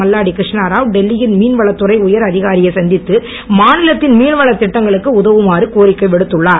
மல்லாடி டெல்லியில் மீன் வளத்துறை உயர் அதிகாரியை சந்தித்து மாநிலத்தின் மீன்வளத்திட்டங்களுக்கு உதவுமாறு கோரிக்கை விடுத்துள்ளார்